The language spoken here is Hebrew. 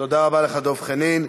תודה רבה לך, דב חנין.